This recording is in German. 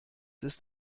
ist